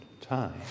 time